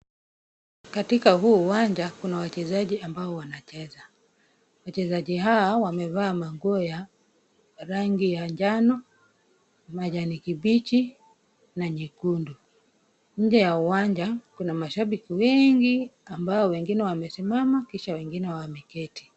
Katika huu uwanja, kuna wachezaji ambao wanacheza. Wachezaji hawa wamevaa manguo ya rangi ya njano, majani kibichi na nyekundu. Nje ya uwanja kuna mashabiki wengi ambao wengine wamesimama kisha wengine wameketi.